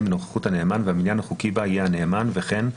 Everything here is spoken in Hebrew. בנוכחות הנאמן והמניין החוקי בה יהיה הנאמן וכן,